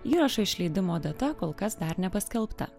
įrašo išleidimo data kol kas dar nepaskelbta